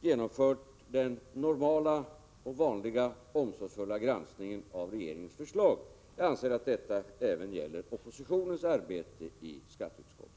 genomfört den normala och vanliga omsorgsfulla granskningen av regeringens förslag. Jag anser att detta även gäller oppositionens arbete i skatteutskottet.